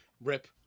rip